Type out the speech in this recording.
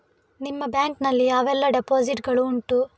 ನಿಮ್ಮ ಬ್ಯಾಂಕ್ ನಲ್ಲಿ ಯಾವೆಲ್ಲ ಡೆಪೋಸಿಟ್ ಗಳು ಉಂಟು?